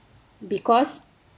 because